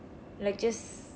like just